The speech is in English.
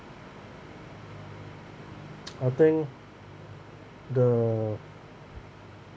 I think the